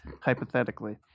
hypothetically